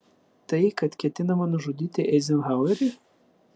tai kad ketinama nužudyti eizenhauerį